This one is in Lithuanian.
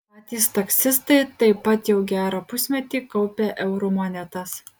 patys taksistai taip pat jau gerą pusmetį kaupia eurų monetas